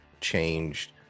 changed